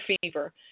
fever